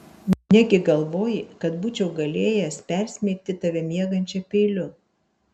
negi galvoji kad būčiau galėjęs persmeigti tave miegančią peiliu